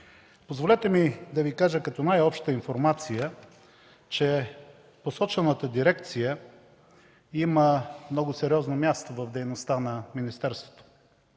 Позволете ми да Ви кажа като най-обща информация, че посочената дирекция има много сериозно място в дейността на министерството.